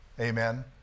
amen